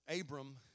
Abram